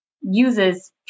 uses